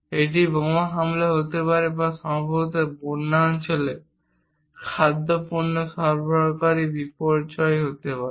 এটি বোমা হামলা হতে পারে বা সম্ভবত বন্যা অঞ্চলে খাদ্য পণ্য সরবরাহকারী বিপর্যয় হতে পারে